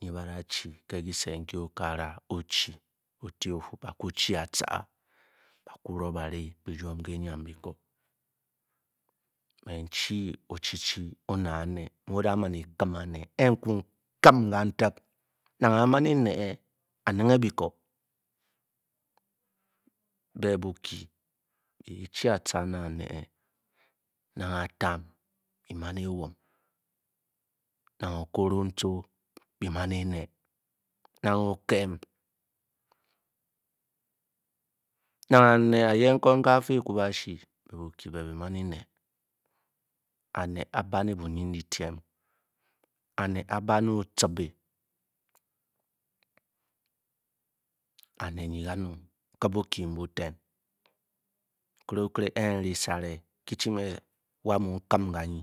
nyi ba’da chi ke kyise nki okagara o|chi oti ofu ba’ku chi a|ca ba ku ro bari byrium ke enyam byiko me chi o-chi chi onet a’néé nue o-da máa ekim a’nēē, e-ku kim kantak nang a’man e-néé a’ninge bikōō bē bukyi bē chi-a|ca-ne a’néé nang atam bimān ewhom, nang okoroncho bi wan a’néé nang o’kem’ nang a’ne ayen nyi kafáá ekwabashi bi man enee a’ne a’ba’ne bunindidyme a’ne a’ba ne o’ chibē a’ne nyi kanong ké bukie bùten, nkive okeve e-nrisare kyi chi me waa mu kim kanyi